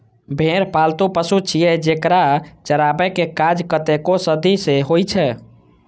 भेड़ पालतु पशु छियै, जेकरा चराबै के काज कतेको सदी सं होइ छै